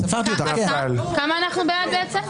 הצבעה לא אושרו.